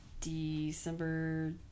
December